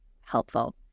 helpful